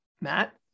Matt